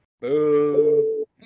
Boo